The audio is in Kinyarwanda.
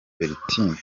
bertine